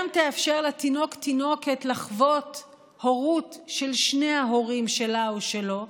גם תאפשר לתינוק או לתינוקת לחוות הורות של שני ההורים שלה או שלו,